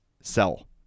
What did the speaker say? sell